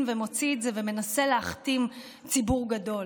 ומוציא את זה ומנסה להכתים ציבור גדול.